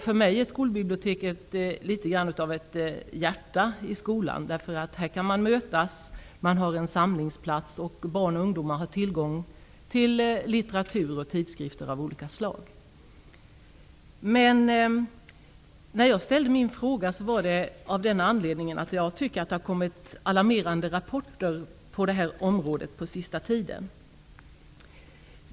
För mig är skolbiblioteket litet grand av ett hjärta i skolan. Här kan man mötas, man har en samlingsplats, och barn och ungdomar har tillgång till litteratur och tidskrifter av olika slag. Jag ställde min fråga av den anledningen att jag tycker att det har kommit alarmerande rapporter på det här området på sista tiden.